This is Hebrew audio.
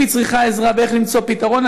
אם היא צריכה עזרה איך למצוא פתרון,